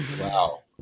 wow